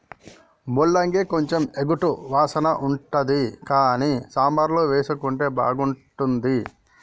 ముల్లంగి కొంచెం ఎగటు వాసన ఉంటది కానీ సాంబార్ల వేసుకుంటే బాగుంటుంది